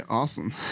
Awesome